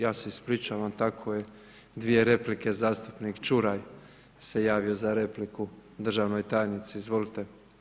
Ja se ispričavam, tako je, dvije replike, zastupnik Čuraj se javio za repliku državnoj tajnici, izvolite.